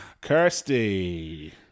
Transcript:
Kirsty